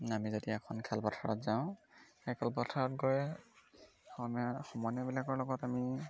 আমি যদি এখন খেলপথাৰত যাওঁ সেই খেলপথাৰত গৈ সমা সমনীয়াবিলাকৰ লগত আমি